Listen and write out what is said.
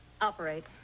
operate